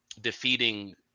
defeating